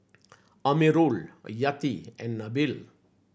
Amirul Yati and Nabil